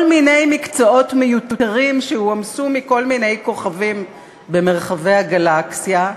כל מיני מקצועות מיותרים שהועמסו מכל מיני כוכבים במרחבי הגלקסיה,